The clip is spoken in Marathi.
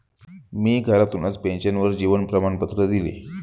मी घरातूनच पेन्शनर जीवन प्रमाणपत्र दिले